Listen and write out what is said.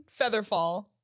Featherfall